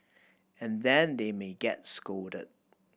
and then they may get scolded